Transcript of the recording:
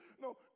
No